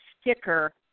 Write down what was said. sticker